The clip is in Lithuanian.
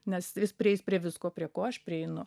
nes jis prieis prie visko prie ko aš prieinu